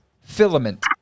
filament